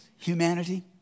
Humanity